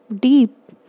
deep